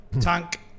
Tank